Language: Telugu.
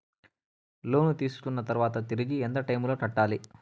లోను తీసుకున్న తర్వాత తిరిగి ఎంత టైములో కట్టాలి